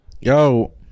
Yo